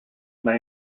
may